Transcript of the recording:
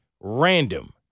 random